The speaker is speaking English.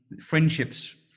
friendships